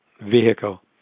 vehicle